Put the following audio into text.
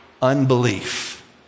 unbelief